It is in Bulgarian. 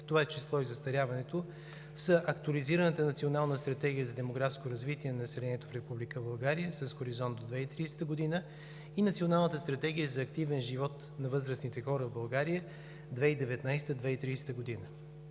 това число и застаряването, са актуализираната Национална стратегия за демографско развитие на населението в Република България с хоризонт до 2030 г. и Националната стратегия за активен живот на възрастните хора в България 2019 – 2030 г.